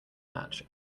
match